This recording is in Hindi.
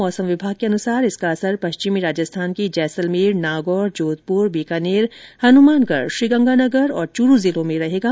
मौसम विभाग के अनुसार इसका असर पश्चिमी राजस्थान के जैसलमेर नागौर जोधपुर बीकानेर हनुमानगढ़ श्रीगंगानगर और चूरू जिलों में रहेगा